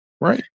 right